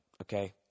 okay